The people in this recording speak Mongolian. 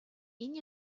энэ